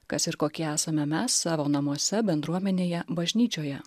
kas ir kokie esame mes savo namuose bendruomenėje bažnyčioje